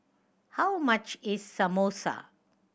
how much is Samosa